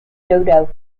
dodo